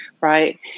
Right